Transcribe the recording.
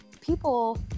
people